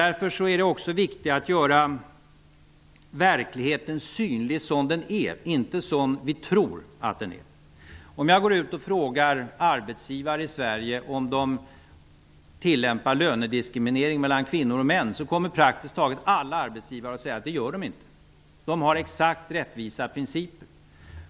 Därför är det också viktigt att göra verkligheten synlig som den är, inte som vi tror att den är. Om jag går ut och frågar arbetsgivare i Sverige om de tillämpar lönediskriminering mellan kvinnor och män kommer praktiskt taget alla att säga att de inte gör det. De har exakt rättvisa principer.